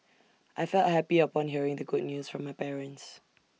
I felt happy upon hearing the good news from my parents